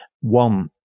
one